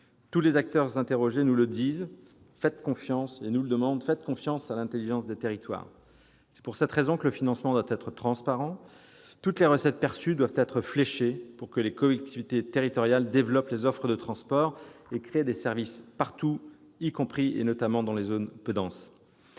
Tous les acteurs interrogés nous demandent de faire confiance à l'intelligence des territoires. C'est pour cette raison que le financement doit être transparent. Toutes les recettes perçues doivent être fléchées pour que les collectivités territoriales développent les offres de transport et créent des services partout, y compris dans les zones peu denses.